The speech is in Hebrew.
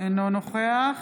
אינו נוכח